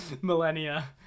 millennia